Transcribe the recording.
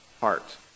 heart